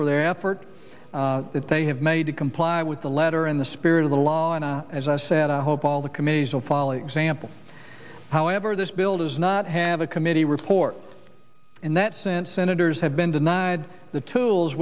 for their effort that they have made to comply with the letter in the spirit of the law and as i said i hope all the committees will follow example however this bill does not have a committee report in that sense senators have been denied the tools